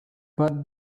but